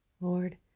Lord